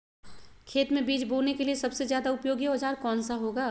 खेत मै बीज बोने के लिए सबसे ज्यादा उपयोगी औजार कौन सा होगा?